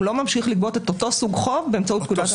הוא לא ממשיך לגבות את אותו סוג חוב באמצעות פקודת המיסים (גבייה).